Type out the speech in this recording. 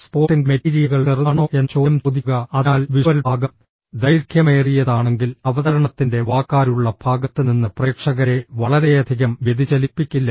supporting മെറ്റീരിയലുകൾ ചെറുതാണോ എന്ന ചോദ്യം ചോദിക്കുക അതിനാൽ വിഷ്വൽ ഭാഗം ദൈർഘ്യമേറിയതാണെങ്കിൽ അവതരണത്തിന്റെ വാക്കാലുള്ള ഭാഗത്ത് നിന്ന് പ്രേക്ഷകരെ വളരെയധികം വ്യതിചലിപ്പിക്കില്ല